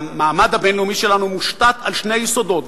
המעמד הבין-לאומי שלנו מושתת על שני יסודות,